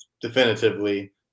definitively